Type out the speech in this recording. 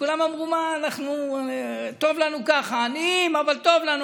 וכולם אמרו: טוב לנו ככה, עניים, אבל טוב לנו.